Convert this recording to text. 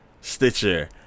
Stitcher